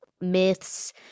myths